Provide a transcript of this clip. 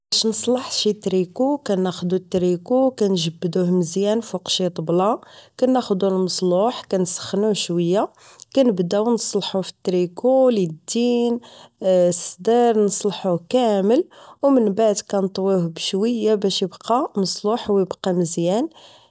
باش نصلحو تريكو كناخدو التريكو كنجبدوه مزيان فوق شي طبلة كناخدو المصلوح كنسخنوه شوية كنبداو نصلحوه فتريكو اللدين الصدر نصلحوه كامل و من بعد كنطووه بشوية باش ابقا مصلوح و بقا مزيان